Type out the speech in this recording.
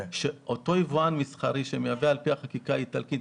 שאותו יבואן מסחרי שמייבא על פי החקיקה האיטלקית,